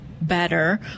better